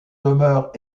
demeures